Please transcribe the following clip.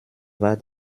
war